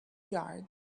yards